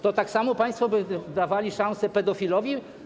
Czy tak samo państwo by dawali szansę pedofilowi?